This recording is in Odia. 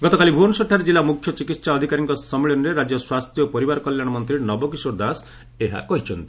ଗତକାଲି ଭୁବନେଶ୍ୱରଠାରେ କିଲ୍ଲା ମୁଖ୍ୟ ଚିକସା ଅଧିକାରୀଙ୍କ ସମ୍ମିଳନୀରେ ରାଜ୍ୟ ସ୍ୱାସ୍ଥ୍ୟ ଓ ପରିବାର କଲ୍ୟାଣ ମନ୍ତ୍ରୀ ନବକିଶୋର ଦାସ ଏହା କହିଛନ୍ତି